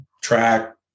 track